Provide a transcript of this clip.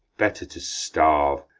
better to starve,